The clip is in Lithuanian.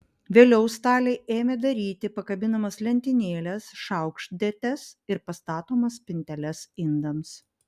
vėliau staliai ėmė daryti pakabinamas lentynėles šaukštdėtes ir pastatomas spinteles indams